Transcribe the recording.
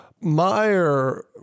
Meyer